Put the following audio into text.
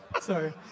sorry